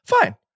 Fine